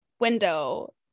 Window